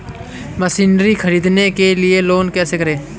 Machinery ख़रीदने के लिए लोन कैसे करें?